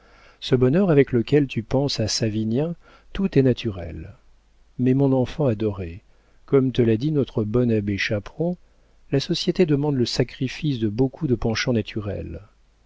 ce bonheur avec lequel tu penses à savinien tout est naturel mais mon enfant adorée comme te l'a dit notre bon abbé chaperon la société demande le sacrifice de beaucoup de penchants naturels